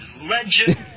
legend